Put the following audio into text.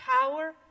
power